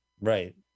Right